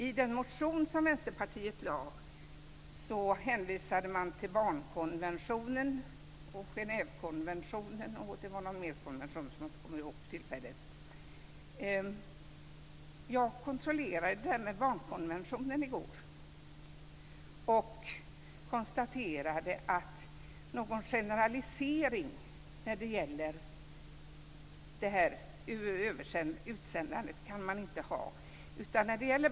I den motion som Vänsterpartiet väckt hänvisar man till barnkonventionen och Genèvekonventionen plus ytterligare någon konvention som jag för tillfället inte kommer ihåg namnet på. Jag kontrollerade i går det här med barnkonventionen och konstaterade då att någon generalisering när det gäller utsändandet kan man inte ha.